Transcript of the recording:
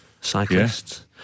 Cyclists